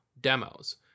demos